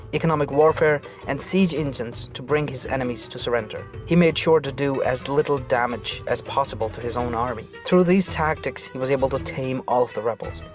economic warfare and siege engines to bring his enemies to surrender. he made sure to do as little damage as possible to his army. through these tactics, he was able to tame all of the rebels.